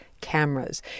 cameras